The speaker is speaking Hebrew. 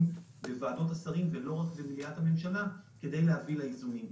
בוועדות השרים ולא רק במליאת הממשלה כדי להביא לאיזונים.